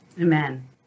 Amen